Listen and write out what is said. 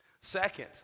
Second